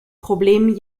problem